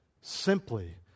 simply